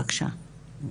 בבקשה.